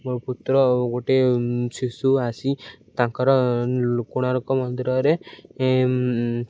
ପୁତ୍ର ଗୋଟେ ଶିଶୁ ଆସି ତାଙ୍କର ଲୁ କୋଣାର୍କ ମନ୍ଦିରରେ